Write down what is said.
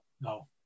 no